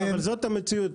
זאת המציאות.